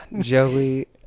Joey